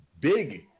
big